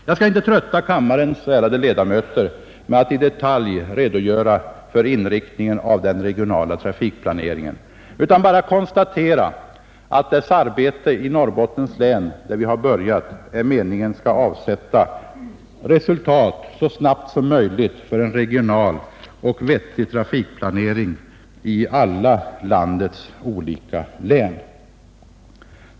Jag skall inte trötta kammarens ärade ledamöter med att i detalj redogöra för inriktningen av den regionala trafikplaneringen. Jag bara konstaterar att det är meningen att dess arbete i Norrbottens län, där vi har börjat, skall avsätta resultat så snabbt som möjligt för en vettig regional trafikplanering i landets samtliga län.